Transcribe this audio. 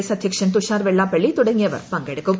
S അധ്യക്ഷൻ തുഷാർ വെള്ളാപ്പള്ളി തുടങ്ങിയവർ പങ്കെടുക്കും